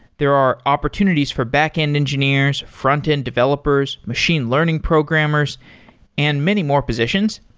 there are opportunities for backend engineers, frontend developers, machine learning programmers and many more positions.